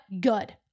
Good